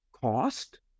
cost